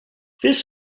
this